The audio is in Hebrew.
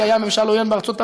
כי היה ממשל עוין בארצות-הברית,